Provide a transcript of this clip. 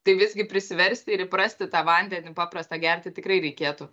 tai visgi prisiversti ir įprasti tą vandenį paprastą gerti tikrai reikėtų